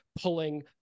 pulling